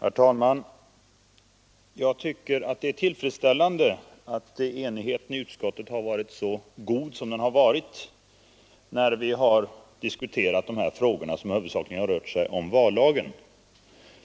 Herr talman! Jag tycker att det är mycket tillfredsställande att enigheten i utskottet har varit så god som den har varit när vi har diskuterat de nu aktuella frågorna, som huvudsakligen har avsett förslag till ändringar i vallagen.